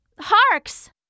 Harks